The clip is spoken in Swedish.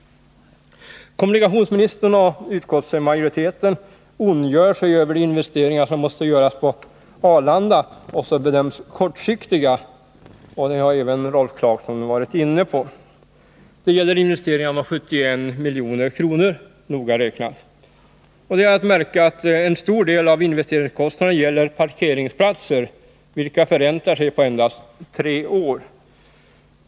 Kommunikationsministern och utskottsmajoriteten ondgör sig över de investeringar som måste göras på Arlanda och som bedöms kortsiktiga. Det har även Rolf Clarkson varit inne på. Det gäller investeringar om 71 milj.kr. noga räknat. Det är att märka att en stor del av investeringskostnaden gäller parkeringsplatser, vilka förräntar sig på endast tre år.